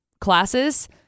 classes